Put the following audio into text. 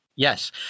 Yes